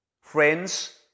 Friends